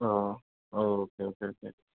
ആ ഓ okay okay okay